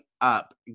up